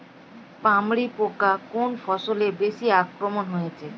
পামরি পোকা কোন ফসলে বেশি আক্রমণ হয়েছে?